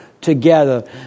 together